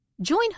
Join